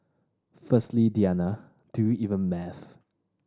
firstly Diana do you even math